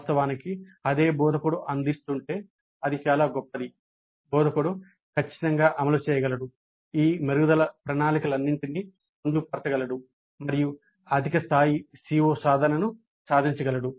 వాస్తవానికి అదే బోధకుడు అందిస్తుంటే అది చాలా గొప్పది బోధకుడు ఖచ్చితంగా అమలు చేయగలడు ఈ మెరుగుదల ప్రణాళికలన్నింటినీ పొందుపరచగలడు మరియు అధిక స్థాయి CO సాధనను సాధించగలడు